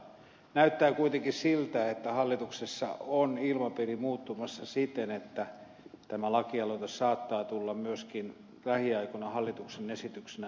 näyttää kuitenkin siltä että hallituksessa on ilmapiiri muuttumassa siten että tämä lakialoite saattaa tulla myöskin lähiaikoina hallituksen esityksenä meidän käsittelyymme